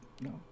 no